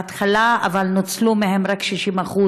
בהתחלה, אבל נוצלו מהם רק 60%,